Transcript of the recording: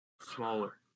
Smaller